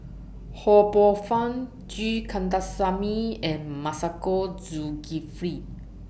Ho Poh Fun G Kandasamy and Masagos Zulkifli